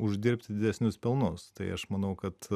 uždirbti didesnius pelnus tai aš manau kad